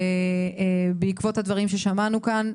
ובעקבות הדברים ששמענו כאן,